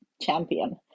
champion